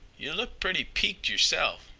yeh look pretty peek'ed yerself,